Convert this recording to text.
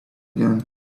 again